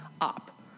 up